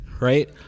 right